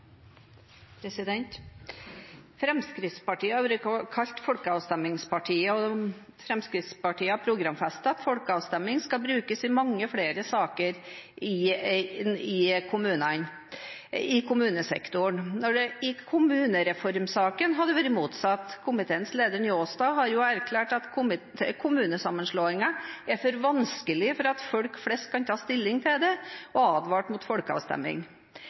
Fremskrittspartiet har vært kalt folkeavstemningspartiet, og Fremskrittspartiet har programfestet at folkeavstemning skal brukes i mange flere saker i kommunesektoren. I kommunereformsaken har det vært motsatt. Komiteens leder Njåstad har erklært at kommunesammenslåingen er for vanskelig til at folk flest kan ta stilling til det, og advart mot